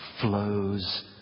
flows